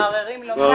המערערים לא מצביעים.